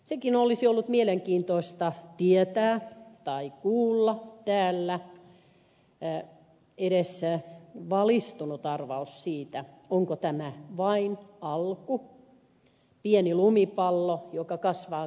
sekin olisi ollut mielenkiintoista kuulla täällä edes valistunut arvaus siitä onko tämä vain alku pieni lumipallo joka kasvaa kasvamistaan